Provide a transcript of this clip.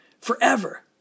forever